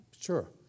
Sure